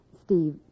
Steve